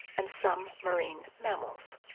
and some marine mammals.